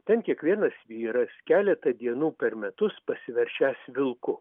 ten kiekvienas vyras keletą dienų per metus pasiverčęs vilku